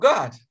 God